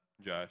Josh